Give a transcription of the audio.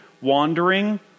wandering